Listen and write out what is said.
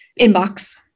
Inbox